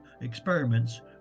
experiments